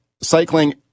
cycling